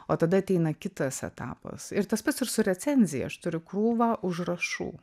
o tada ateina kitas etapas ir tas pats ir su recenzija aš turiu krūvą užrašų